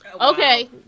Okay